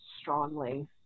strongly